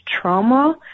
trauma